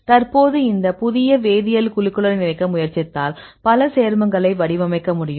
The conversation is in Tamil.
தற்போது இது ஒரு புதிய வேதியியல் குழுக்களுடன் இணைக்க முயற்சித்தால் பல சேர்மங்களை வடிவமைக்க முடியும்